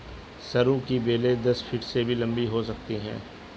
सरू की बेलें दस फीट से भी लंबी हो सकती हैं